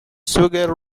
sugar